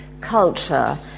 culture